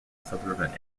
suburban